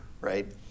right